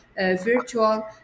virtual